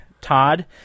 Todd